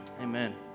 Amen